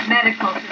Medical